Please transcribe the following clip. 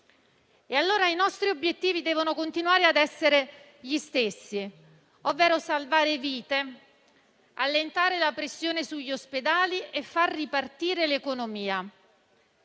sanitari. I nostri obiettivi devono continuare a essere gli stessi, ovvero salvare vite, allentare la pressione sugli ospedali e far ripartire l'economia.